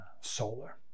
solar